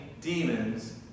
demons